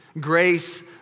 Grace